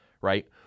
right